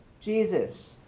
Jesus